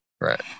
Right